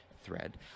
thread